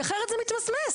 כי אחרת זה מתמסמס.